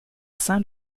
sein